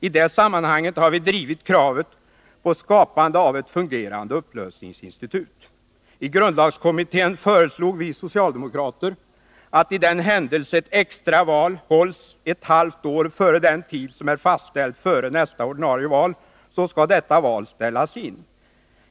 I det sammanhanget har vi drivit kravet på skapande av ett fungerande upplösningsinstitut. I grundlagskommittén föreslog vi socialdemokrater att i den händelse att ett extra val hålls ett halvt år före den tid som är fastställd för nästa ordinarie val skall detta val ställas in.